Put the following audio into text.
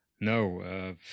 No